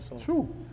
True